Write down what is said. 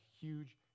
huge